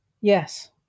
Yes